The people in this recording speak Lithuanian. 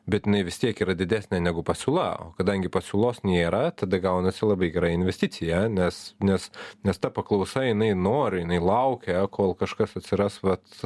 bet jinai vis tiek yra didesnė negu pasiūla o kadangi pasiūlos nėra tada gaunasi labai gera investicija nes nes nes ta paklausa jinai nori jinai laukia kol kažkas atsiras vat